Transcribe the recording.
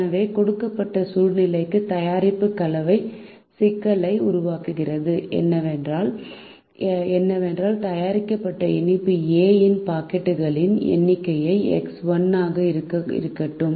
எனவே கொடுக்கப்பட்ட சூழ்நிலைக்கு தயாரிப்பு கலவை சிக்கலை உருவாக்குவது என்னவென்றால் தயாரிக்கப்பட்ட இனிப்பு A இன் பாக்கெட்டுகளின் எண்ணிக்கையாக X1 இருக்கட்டும்